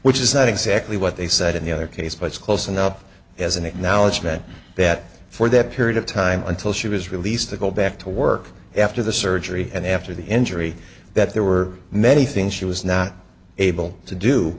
which is not exactly what they said in the other case but it's close enough as an acknowledgement that for that period of time until she was released to go back to work after the surgery and after the injury that there were many things she was not able to do